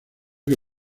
que